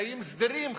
חיים סדירים,